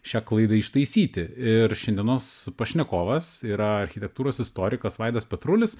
šią klaidą ištaisyti ir šiandienos pašnekovas yra architektūros istorikas vaidas petrulis